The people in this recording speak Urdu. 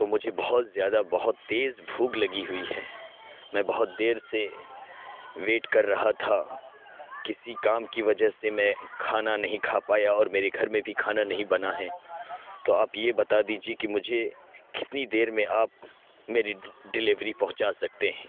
تو مجھے بہت زیادہ بہت تیز بھوک لگی ہوئی ہے میں بہت دیر سے ویٹ کر رہا تھا کسی کام کی وجہ سے میں کھانا نہیں کھا پایا اور میرے گھر میں بھی کھانا نہیں بنا ہے تو آپ یہ بتا دیجیے کہ مجھے کتنی دیر میں آپ میری ڈلیوری پہنچا سکتے ہیں